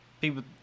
people